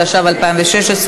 התשע"ו 2016,